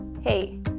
hey